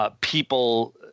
People